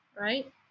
right